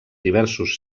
diversos